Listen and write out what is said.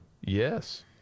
yes